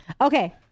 Okay